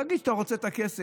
תגיד שאתה רוצה את הכסף,